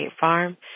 Farm